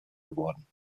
geworden